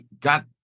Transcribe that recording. got